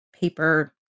paper